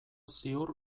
ziur